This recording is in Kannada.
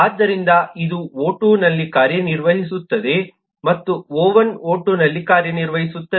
ಆದ್ದರಿಂದ ಇದು ಒ2 ನಲ್ಲಿ ಕಾರ್ಯನಿರ್ವಹಿಸುತ್ತದೆ ಮತ್ತು ಒ1 ಒ2ನಲ್ಲಿ ಕಾರ್ಯನಿರ್ವಹಿಸುತ್ತದೆ